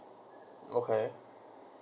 okay